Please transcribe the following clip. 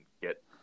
get